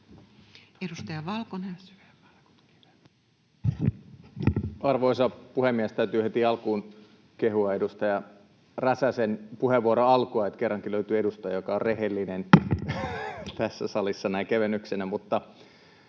16:48 Content: Arvoisa puhemies! Täytyy heti alkuun kehua edustaja Räsäsen puheenvuoron alkua, että kerrankin löytyy edustaja, joka on rehellinen tässä salissa, [Puhuja